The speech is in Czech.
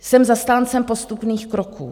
Jsem zastáncem postupných kroků.